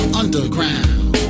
underground